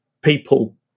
people